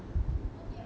ya